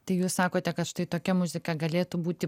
tai jūs sakote kad štai tokia muzika galėtų būti